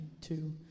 two